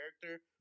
character